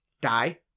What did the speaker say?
Die